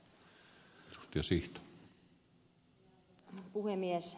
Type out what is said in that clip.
arvoisa puhemies